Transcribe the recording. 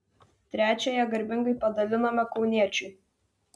trečiąją garbingai padalinome kauniečiui